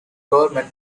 government